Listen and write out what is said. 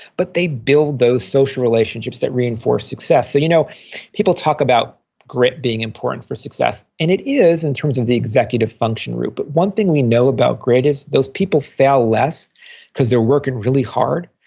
but they build those social relationships that reinforce success you know people talk about grit being important for success and it is in terms of the executive function route, but one thing we know about grit is those people fail less because they're working really hard.